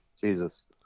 Jesus